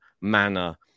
manner